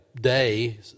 day